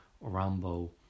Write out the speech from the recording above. Rambo